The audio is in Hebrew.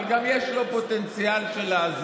אבל גם יש לה פוטנציאל להזיק.